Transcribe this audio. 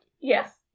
Yes